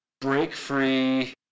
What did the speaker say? break-free